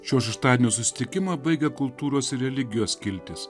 šeštadienio susitikimą baigė kultūros religijos skilties